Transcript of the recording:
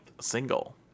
single